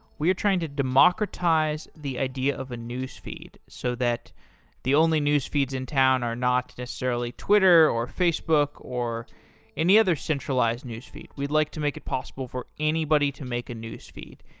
we are trying to democratize the idea of a newsfeed so that the only newsfeeds in town are not necessarily twitter, or facebook, or any other centralized newsfeed. we'd like to make it possible for anybody to make a newsfeed.